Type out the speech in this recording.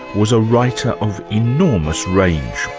was a writer of enormous range.